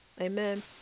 Amen